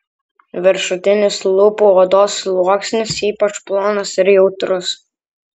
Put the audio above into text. viršutinis lūpų odos sluoksnis ypač plonas ir jautrus